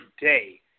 day